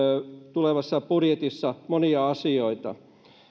tulevassa budjetissa on monia asioita